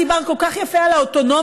את דיברת כל כך יפה על האוטונומיה,